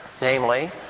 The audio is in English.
Namely